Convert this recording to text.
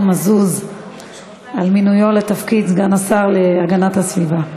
מזוז על מינויו לתפקיד סגן השר להגנת הסביבה.